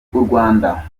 urwanda